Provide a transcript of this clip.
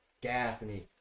Gaffney